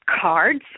cards